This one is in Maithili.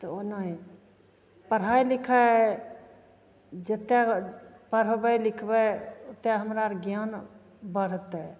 तऽ ओनाहि ढ़ाइ लिखाइ जतेक पढ़बै लिखबै ओतेक हमरा आओर ज्ञान बढ़तै